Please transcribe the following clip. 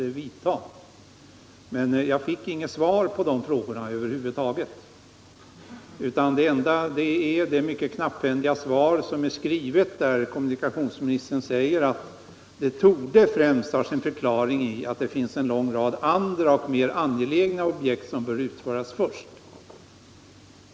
Jag fick över huvud taget inget svar på dessa frågor. Det enda svar jag har fått är det mycket knapphändiga skriftliga svaret, där kommunikationsministern säger att bristerna främst torde ha sin förklaring i att det finns en lång rad andra och mer angelägna projekt som bör genomföras först.